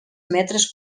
metres